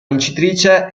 vincitrice